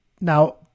now